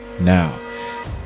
now